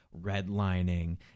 redlining